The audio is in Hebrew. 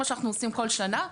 כמו שאנחנו עושים בכל שנה.